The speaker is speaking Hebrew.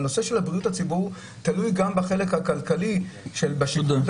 הנושא של בריאות הציבור תלוי גם בשיקול הדעת הכלכלי של הממשלה.